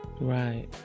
Right